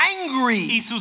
angry